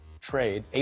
trade